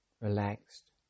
relaxed